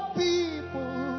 people